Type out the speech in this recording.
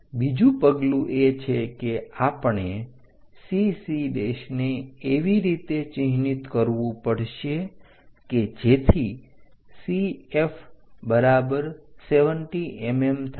બીજું પગલું એ છે કે આપણે CC ને એવી રીતે ચિહ્નિત કરવું પડશે કે જેથી CF બરાબર 70 mm થાય